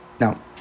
Now